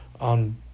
on